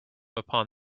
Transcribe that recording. upon